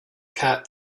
cat